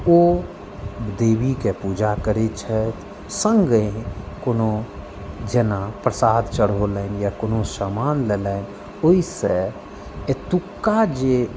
ओ देवीके पूजा करै छथि सङ्गहिं जेना कोनो प्रसाद चढ़ोलनि या कोनो सामान लेलनि ओहिसँ एतुक्का जे